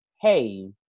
hey